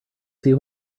see